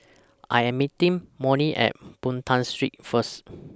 I Am meeting Molly At Boon Tat Street First